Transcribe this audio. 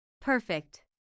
Perfect